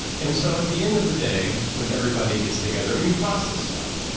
and so at the end of the day, when everybody gets together and you process stuff,